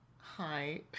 hi